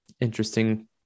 Interesting